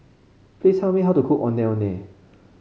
please tell me how to cook Ondeh Ondeh